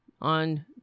on